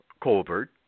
Colbert